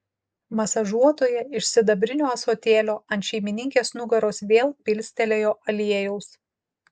masažuotoja iš sidabrinio ąsotėlio ant šeimininkės nugaros vėl pilstelėjo aliejaus